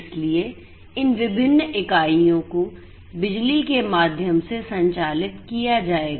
इसलिए इन विभिन्न इकाइयों को बिजली के माध्यम से संचालित किया जाएगा